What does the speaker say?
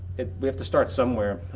we have to start somewhere.